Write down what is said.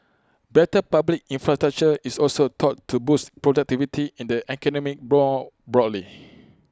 better public infrastructure is also thought to boost productivity in the economy broad broadly